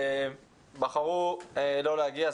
הם בחרו לא להגיע.